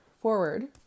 forward